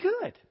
good